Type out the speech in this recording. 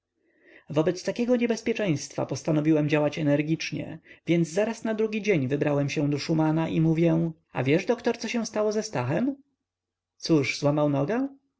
wobec takiego niebezpieczeństwa postanowiłem działać energicznie więc zaraz na drugi dzień wybrałem się do szumana i mówię a wiesz doktor co się stało ze stachem cóż złamał nogę